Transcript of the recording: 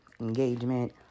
engagement